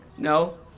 No